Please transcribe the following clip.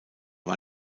war